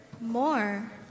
more